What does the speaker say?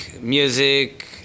music